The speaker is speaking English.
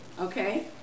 Okay